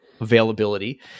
availability